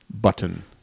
button